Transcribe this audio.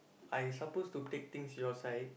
I supposed to take things your side